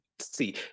See